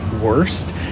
worst